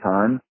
Time